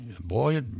boy